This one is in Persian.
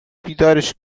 بیدارش